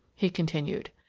he continued.